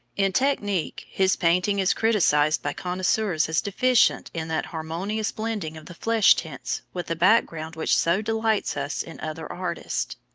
in technique his painting is criticised by connoisseurs as deficient in that harmonious blending of the flesh tints with the background which so delights us in other artists.